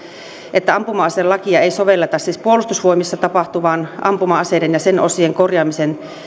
että ampuma aselakia ei sovelleta siis puolustusvoimissa tapahtuvaan ampuma aseiden ja sen osien korjaamiseen